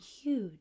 huge